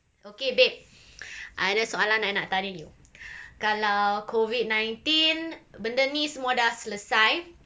okay babe I ada soalan I nak tanya you kalau COVID nineteen benda ni semua dah selesai